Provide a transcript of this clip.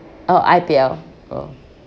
oh I_P_L oh